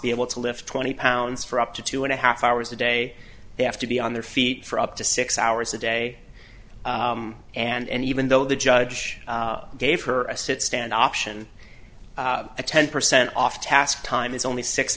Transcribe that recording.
be able to lift twenty pounds for up to two and a half hours a day they have to be on their feet for up to six hours a day and even though the judge gave her a sit stand option a ten percent off task time is only six